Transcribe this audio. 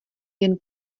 jen